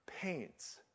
paints